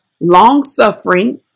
long-suffering